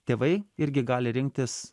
tėvai irgi gali rinktis